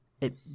it